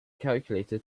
calculator